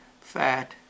Fat